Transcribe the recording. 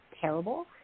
terrible